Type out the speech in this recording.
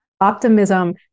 optimism